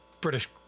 British